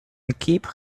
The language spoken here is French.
équipe